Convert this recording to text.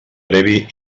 previ